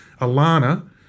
Alana